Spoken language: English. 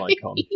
icon